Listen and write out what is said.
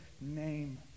name